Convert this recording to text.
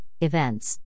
Events